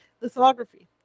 Lithography